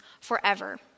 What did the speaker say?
forever